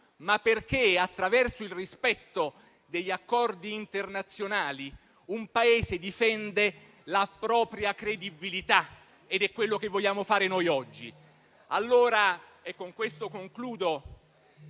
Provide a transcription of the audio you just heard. ma perché, attraverso il rispetto degli accordi internazionali, un Paese difende la propria credibilità. È questo ciò che vogliamo fare oggi. Allora - e con questo concludo